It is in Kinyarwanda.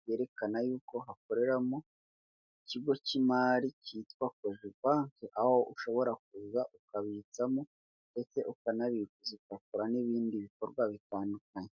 byerekana yuko hakoreramo ikigo cy'imari cyitwa kojebanke, aho ushobora kuza ukabitsamo, ndetse ukanabikuza, ugakora n'ibindi bikorwa bitandukanye.